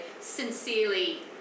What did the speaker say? sincerely